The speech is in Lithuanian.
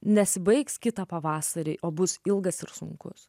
nesibaigs kitą pavasarį o bus ilgas ir sunkus